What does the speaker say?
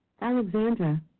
Alexandra